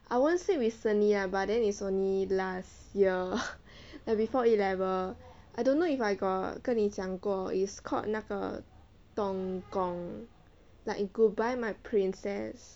I won't say recently ah but then is only last year and before A level I don't know if I got 跟你讲过 it's called 那个东宫 like goodbye my princess